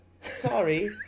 sorry